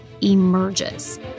emerges